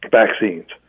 vaccines